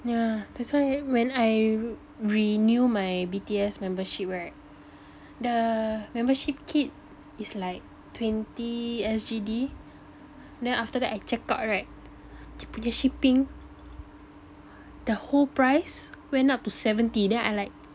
yeah that's why when I renew my B_T_S membership right the membership kit is like twenty S_G_D then after that I checked out right dia punya shipping the whole price went up to seventy then I like